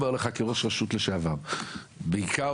הרי מה קרה לרשות כשהייתי מפנה טון אשפה ב-35